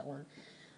שרון.